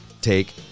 take